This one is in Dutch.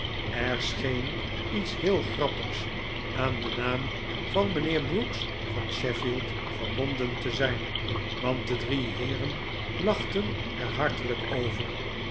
er scheen iets heel grappigs aan den naam van mijnheer brooks van sheffield verbonden te zijn want de drie heeren lachten er hartelijk over